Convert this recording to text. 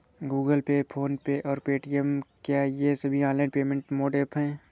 Google Pay PhonePe और Paytm क्या ये सभी ऑनलाइन पेमेंट मोड ऐप हैं?